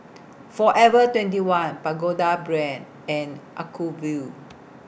Forever twenty one Pagoda Brand and Acuvue